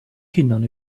kindern